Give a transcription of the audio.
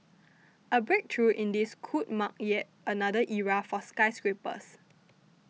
a breakthrough in this could mark yet another era for skyscrapers